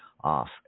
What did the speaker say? off